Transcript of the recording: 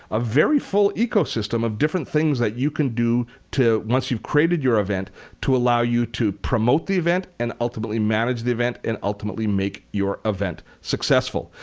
a very full ecosystem of different things that you can do once you've created your event to allow you to promote the event, and ultimately manage the event and ultimately make your event successful.